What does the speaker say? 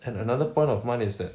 and another point of month is that